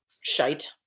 shite